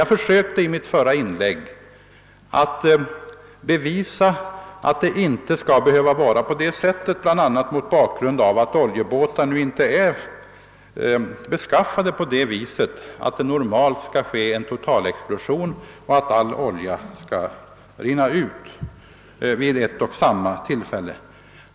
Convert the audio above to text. Jag försökte i mitt förra inlägg bevisa att det inte nödvändigtvis behöver vara på det sättet, bl.a. mot bakgrund av att oljebåtar nu inte är så beskaffade att det normalt sker en totalexplosion och att all olja rinner ut vid ett och samma tillfälle.